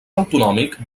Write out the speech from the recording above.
autonòmic